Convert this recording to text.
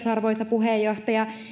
arvoisa puheenjohtaja